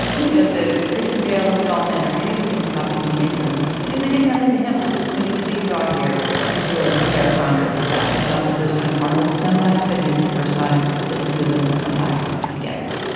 you know the the christian bale installment or anything that had happened in the interim because they didn't have linda hamilton. i mean the big draw here is really that sarah connor is back. it's not the first time arnold has come back but it is the first time that the two of them have come back together.